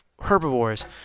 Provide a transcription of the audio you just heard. Herbivores